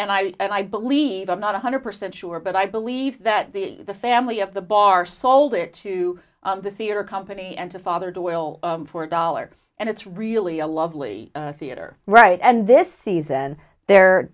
i and i believe i'm not one hundred percent sure but i believe that the family of the bar sold it to the theater company and to father to will for a dollar and it's really a lovely theater right and this season they're